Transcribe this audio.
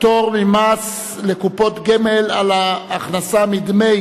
(פטור ממס לקופות גמל על הכנסה מדמי